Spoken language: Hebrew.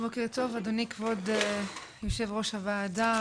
אדוני יו"ר הוועדה,